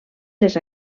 les